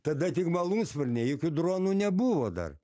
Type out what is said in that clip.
tada tik malūnsparniai jokių dronų nebuvo dar